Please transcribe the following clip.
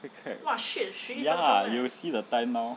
ya see the time now